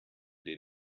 den